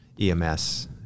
EMS